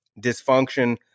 dysfunction